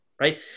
Right